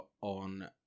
on